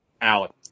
Alex